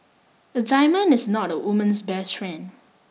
a diamond is not a woman's best friend